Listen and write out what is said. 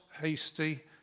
hasty